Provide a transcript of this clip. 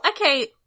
okay